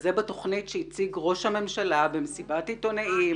וזה בתוכנית שהציג ראש המשלה במסיבת עיתונאים